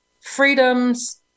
freedoms